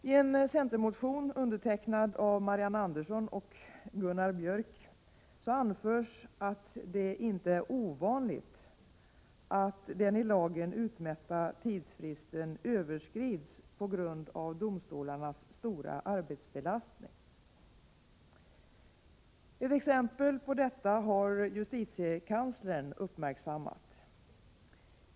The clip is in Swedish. I en centermotion undertecknad av Marianne Andersson och Gunnar Björk anförs att det inte är ovanligt att den i lagen utmätta tidsfristen överskrids på grund av domstolarnas stora arbetsbelastning. Ett exempel på detta har justitiekanslern uppmärksammat.